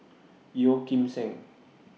Yeo Kim Seng